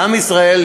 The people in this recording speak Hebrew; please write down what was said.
לעם ישראל,